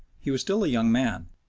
he was still a young man,